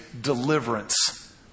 deliverance